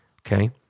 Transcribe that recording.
Okay